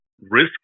Risk